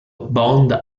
bond